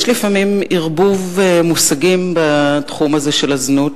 יש לפעמים ערבוב מושגים בתחום הזה של הזנות,